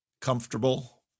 comfortable